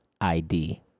ID